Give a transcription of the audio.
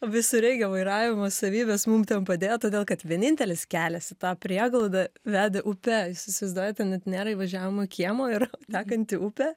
visureigio vairavimo savybės mum ten padėjo todėl kad vienintelis kelias į tą prieglaudą vedė upe jūs įsivaizduojat ten net nėra įvažiavimo kiemo yra tekanti upė